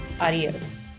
Adios